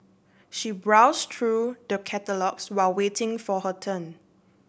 she browsed through the catalogues while waiting for her turn